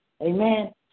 Amen